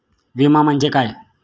विमा म्हणजे काय?